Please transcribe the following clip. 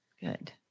Good